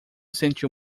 sentiu